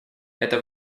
это